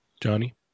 Johnny